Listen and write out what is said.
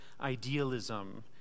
idealism